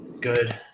good